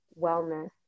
wellness